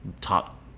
Top